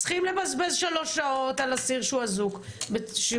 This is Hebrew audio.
צריכים לבזבז שלוש שעות על אסיר שהוא אזוק סתם.